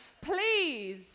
Please